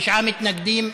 תשעה מתנגדים,